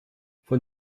von